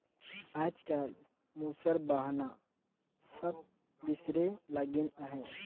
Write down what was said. आएज काएल मूसर बहना सब बिसरे लगिन अहे